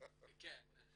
כן.